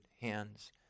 hands